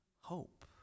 Hope